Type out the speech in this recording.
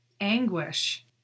anguish